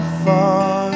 far